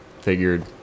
figured